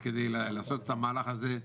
זה כדי לעשות את המהלך הזה.